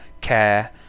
care